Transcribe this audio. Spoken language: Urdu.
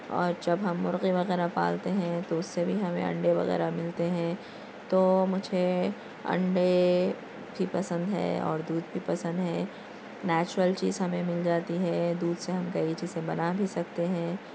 اور جب ہم مرغی وغیرہ پالتے ہیں تو اس سے بھی ہمیں انڈے وغیرہ ملتے ہیں تو مجھے انڈے بھی پسند ہیں اور دودھ بھی پسند ہے نیچرل چیز ہمیں مل جاتی ہے دودھ سے ہم کئی چیزیں بنا بھی سکتے ہیں